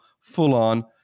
full-on